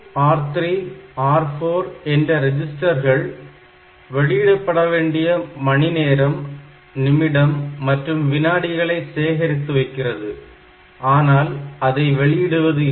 R2 R3 R4 என்ற ரெஜிஸ்டர்கள் வெளியிடப்பட வேண்டிய மணி நேரம் நிமிடம் மற்றும் விநாடிகளை சேகரித்து வைக்கிறது ஆனால் அதை வெளியிடுவது இல்லை